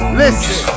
listen